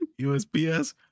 USPS